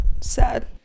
Sad